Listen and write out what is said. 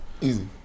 Easy